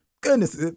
Goodness